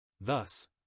Thus